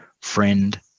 friend